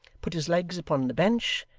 put his legs upon the bench,